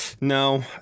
no